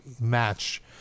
match